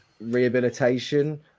rehabilitation